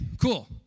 cool